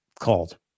called